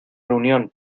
reunión